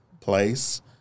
place